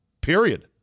period